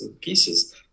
pieces